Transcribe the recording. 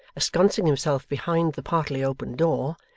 ensconcing himself behind the partly opened door,